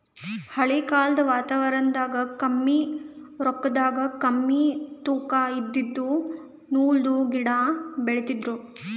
ಹಳಿ ಕಾಲ್ದಗ್ ವಾತಾವರಣದಾಗ ಕಮ್ಮಿ ರೊಕ್ಕದಾಗ್ ಕಮ್ಮಿ ತೂಕಾ ಇದಿದ್ದು ನೂಲ್ದು ಗಿಡಾ ಬೆಳಿತಿದ್ರು